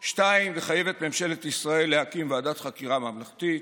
2. לחייב את ממשלת ישראל להקים ועדת חקירה ממלכתית,